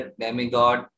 demigod